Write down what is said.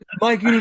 Mike